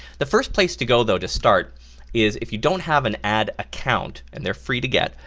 the first place to go though to start is, if you don't have an ad account, and they're free to get,